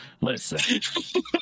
Listen